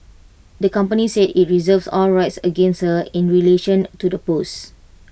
the company said IT reserves all rights against her in relation to the post